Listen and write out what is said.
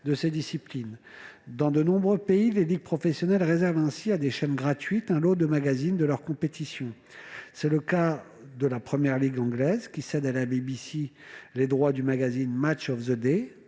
de ces disciplines en France. Dans de nombreux pays, les ligues professionnelles réservent ainsi à des chaînes gratuites un lot de magazines liés à leurs compétitions. C'est le cas de la première ligue anglaise, qui cède à la BBC les droits du magazine, institution de la